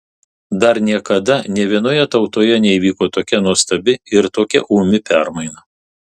dar niekada nė vienoje tautoje neįvyko tokia nuostabi ir tokia ūmi permaina